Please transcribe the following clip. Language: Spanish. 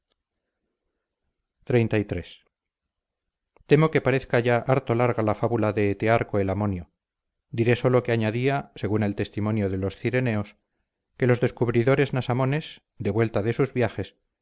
cocodrilos xxxiii temo que parezca ya harto larga la fábula de etearco el amonio diré solo que añadía según el testimonio de los cireneos que los descubridores nasamones de vuelta de sus viajes